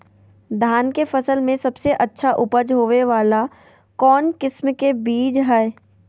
धान के फसल में सबसे अच्छा उपज होबे वाला कौन किस्म के बीज हय?